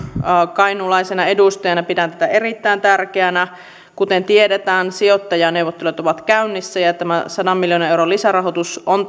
kainuulaisena edustajana pidän tätä erittäin tärkeänä kuten tiedetään sijoittajaneuvottelut ovat käynnissä ja ja tämä sadan miljoonan euron lisärahoitus on